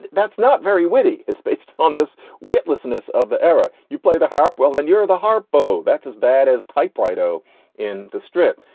that's not very witty. it's based on this weightlessness of era. you play the harp. well, then you're the harp bow. that's as bad as typewriter. in the strip.